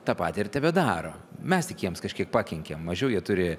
tą patį ir tebedaro mes tik jiems kažkiek pakenkiam mažiau jie turi